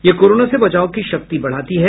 यह कोरोना से बचाव की शक्ति बढ़ाती है